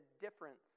difference